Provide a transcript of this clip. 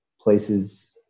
places